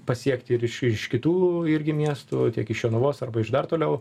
pasiekt ir iš ir iš kitų irgi miestų tiek iš jonavos arba iš dar toliau